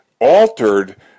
altered